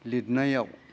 लिरनायाव